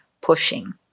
pushing